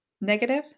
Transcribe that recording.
negative